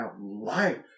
life